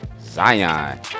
Zion